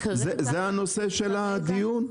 זה הנושא של הדיון?